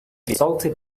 salted